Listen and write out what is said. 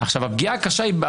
הפגיעה הקשה,